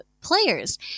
players